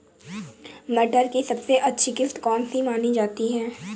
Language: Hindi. मटर की सबसे अच्छी किश्त कौन सी मानी जाती है?